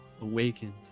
awakened